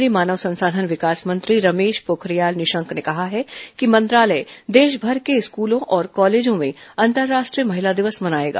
केंद्रीय मानव संसाधन विकास मंत्री रमेश पोखरियाल निशंक ने कहा है कि मंत्रालय देशभर के स्कूलों और कॉलेजों में अंतरराष्ट्रीय महिला दिवस मनाएगा